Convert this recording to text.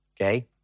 okay